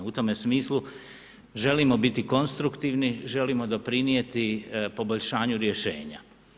U tome smislu želimo biti konstruktivni, želimo doprinijeti poboljšanju rješenja.